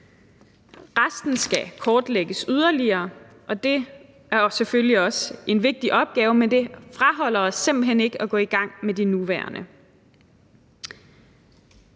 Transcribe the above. Resten skal kortlægges yderligere, og det er jo selvfølgelig også en vigtig opgave, men det afholder os simpelt hen ikke fra at gå i gang med de nuværende.